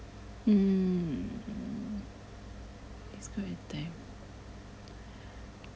mm hmm describe a time